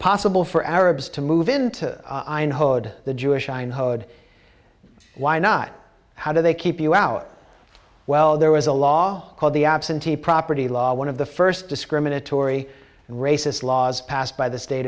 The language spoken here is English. possible for arabs to move into the jewish i mean hood why not how do they keep you our well there was a law called the absentee property law one of the first discriminatory and racist laws passed by the state